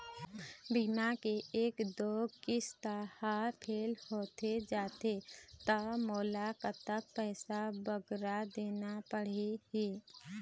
बीमा के एक दो किस्त हा फेल होथे जा थे ता मोला कतक पैसा बगरा देना पड़ही ही?